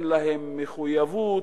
אין להם מחויבות,